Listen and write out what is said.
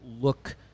look –